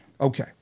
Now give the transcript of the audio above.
Okay